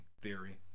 theory